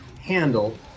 handle